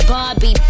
Bobby